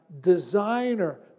designer